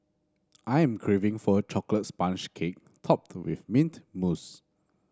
I am craving for a chocolate sponge cake topped with mint mousse